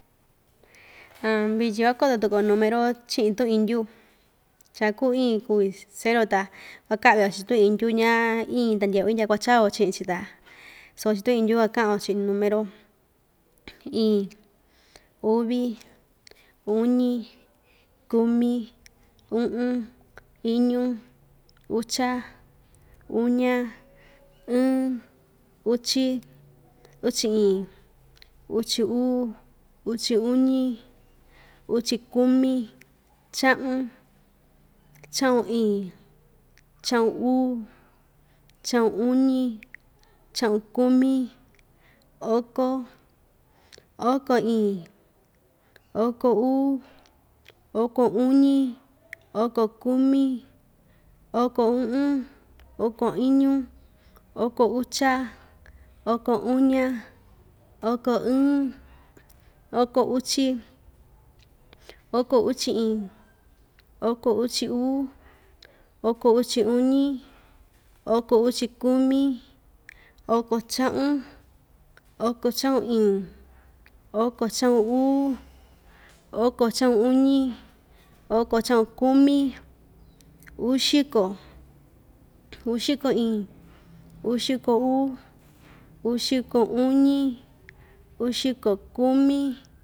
vityin kuakoto tuku‑yo numero chi'in tu'un indyu cha kuu iin kuvi cero ta kuaka'vi‑yo chi'in tu'un indyu ña iin ta ndye'e‑yo indya kuacha‑yo chi'in‑chi ta suu chi'in tu'un indyu kuaka'a‑yo chi'in numero iin, uvi, uñi, kumi, u'un, iñu, ucha, uña, ɨɨn, uchi, uchi iin, uchi uu, uchi uñi, uchi kumi, cha'un, cha'un iin, cha'un uu, cha'un uñi, cha'un kumi, oko, oko iin, oko uu, oko uñi, oko kumi, oko u'un, oko iñu, oko ucha, oko uña, oko ɨɨn, oko uchi, oko uchi iin, oko uchi uu, oko uchi uñi, oko uchi kumi, oko cha'un, oko cha'un iin, oko cha'un uu, oko cha'un uñi, oko cha'un kumi, uxiko, uxiko iin, uxiko uu, uxiko uñi, uxiko kumi.